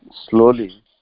slowly